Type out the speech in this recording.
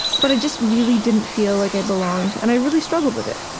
but i just really didn't feel like i belonged. and i really struggled with it.